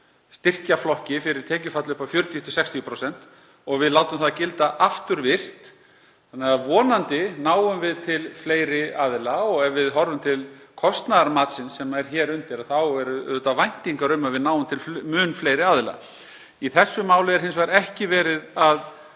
styrkjaflokki fyrir tekjufall upp á 40–60% og við látum það gilda afturvirkt. Vonandi náum við til fleiri aðila og ef við horfum til kostnaðarmatsins sem er hér undir eru auðvitað væntingar um að við náum til mun fleiri aðila. Í þessu máli er hins vegar ekki verið að